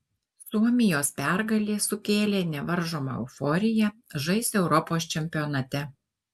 suomijos pergalė sukėlė nevaržomą euforiją žais europos čempionate